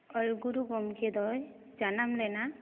ᱚᱞᱜᱩᱨᱩ ᱜᱚᱢᱠᱮ ᱫᱚᱭ ᱡᱟᱱᱟᱢ ᱞᱮᱱᱟ